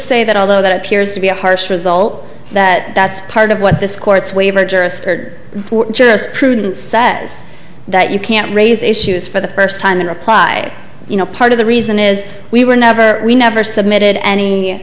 say that although that appears to be a harsh result that that's part of what this court's waiver jurist heard jurisprudence says that you can't raise issues for the first time and apply you know part of the reason is we were never we never submitted any